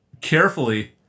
carefully